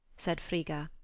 said frigga.